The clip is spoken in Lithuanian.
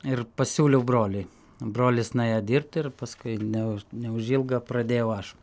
ir pasiūliau broliui brolis nuėjo dirbt ir paskui neuž neužilgo pradėjau aš